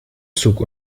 zug